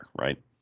right